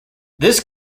this